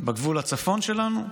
בגבול הצפון שלנו?